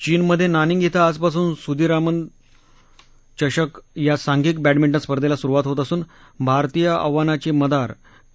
चीनमधे नानींग क्षे आजपासून सुदीरामन चषक या सांधिक बॅडमिंटन स्पर्धेला सुरुवात होत असून भारतीय आव्हानाची मदार पी